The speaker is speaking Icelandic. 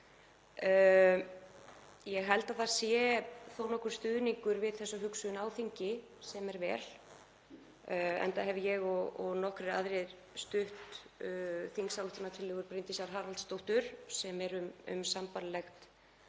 Ég held að það sé þó nokkur stuðningur við þessa hugsun á þingi, sem er vel, enda hef ég og nokkrir aðrir stutt þingsályktunartillögu Bryndísar Haraldsdóttur sem er um sambærilegt